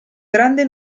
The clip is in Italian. grande